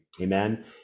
Amen